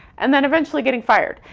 and then eventually, getting fired.